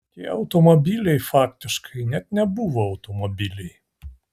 tie automobiliai faktiškai net nebuvo automobiliai